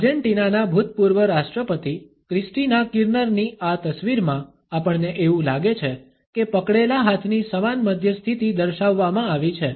આર્જેન્ટિનાના ભૂતપૂર્વ રાષ્ટ્રપતિ ક્રિસ્ટીના કિર્નરની આ તસવીરમાં આપણને એવું લાગે છે કે પકડેલા હાથની સમાન મધ્ય સ્થિતિ દર્શાવવામાં આવી છે